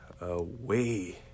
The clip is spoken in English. away